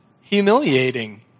humiliating